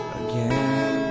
again